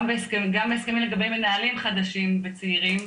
גם בהסכמים לגבי מנהלים חדשים וצעירים,